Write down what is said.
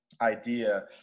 idea